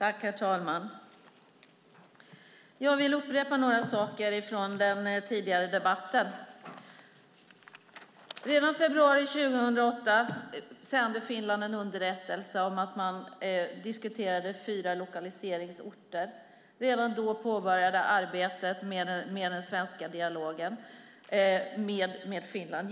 Herr talman! Jag vill upprepa några saker från den tidigare debatten. Redan i februari 2008 sände Finland en underrättelse om att man diskuterade fyra lokaliseringsorter. Då påbörjades genom Naturvårdsverkets försorg den svenska dialogen med Finland.